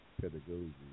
pedagogy